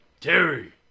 Terry